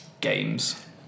games